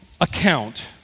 account